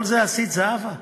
כל זה עשית, זהבה?